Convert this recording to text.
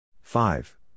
five